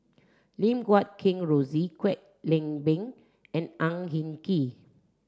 Lim Guat Kheng Rosie Kwek Leng Beng and Ang Hin Kee